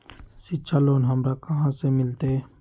शिक्षा लोन हमरा कहाँ से मिलतै?